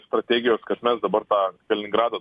strategijos kad mes dabar tą kaliningrado